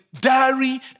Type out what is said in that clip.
diary